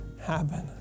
happen